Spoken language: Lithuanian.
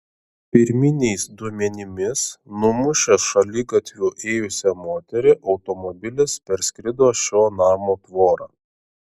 pirminiais duomenimis numušęs šaligatviu ėjusią moterį automobilis perskrido šio namo tvorą